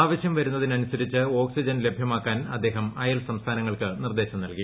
ആവശൃം വരുന്നതിനനുസരിച്ച് ഓക്സിജൻ ്യൂ ലഭ്യമാക്കാൻ അദ്ദേഹം അയൽസംസ്ഥാനങ്ങൾക്ക് നിർദ്ദേശ്ക് നിൽകി